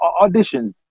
auditions